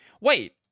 Wait